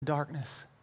darkness